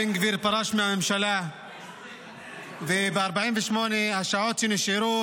בן גביר פרש מהממשלה וב-48 השעות שנשארו